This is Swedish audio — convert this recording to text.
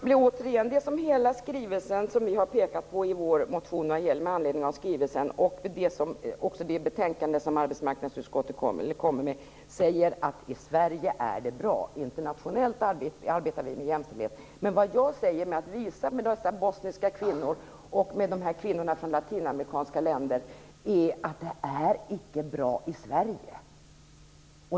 Fru talman! I hela skrivelsen och i det betänkande som arbetsmarknadsutskottet kommit med hävdar man att i Sverige är det bra, och att Sverige arbetar med jämställdhet internationellt. Jag påpekar det återigen, och vi i Vänsterpartiet har sagt detta i vår motion med anledning av skrivelsen. Men vad jag vill säga med att visa på de bosniska kvinnorna och kvinnor från latinamerikanska länder är: Det är icke bra i Sverige!